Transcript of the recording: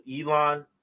Elon